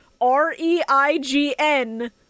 R-E-I-G-N